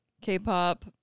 K-pop